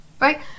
right